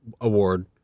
award